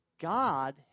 God